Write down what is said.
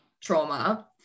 trauma